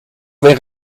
weer